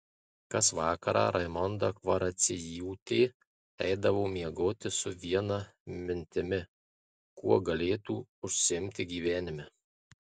kas vakarą raimonda kvaraciejūtė eidavo miegoti su viena mintimi kuo galėtų užsiimti gyvenime